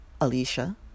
Alicia